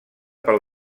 pel